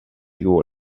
you